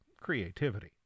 creativity